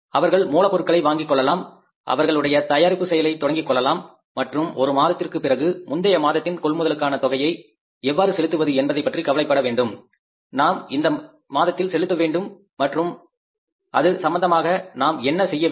அவர்கள் மூலப் பொருட்களை வாங்கிக் கொள்ளலாம் அவர்களுடைய தயாரிப்பு செயலை தொடங்கிக் கொள்ளலாம் மற்றும் ஒரு மாதத்திற்கு பிறகு முந்தைய மாதத்தின் கொள்முதலுக்கான தொகையை எவ்வாறு செலுத்துவது என்பதைப் பற்றி கவலைப்பட வேண்டும் நாம் இந்த மாதத்தில் செலுத்த வேண்டும் மற்றும் அது சம்பந்தமாக நாம் என்ன செய்ய வேண்டும்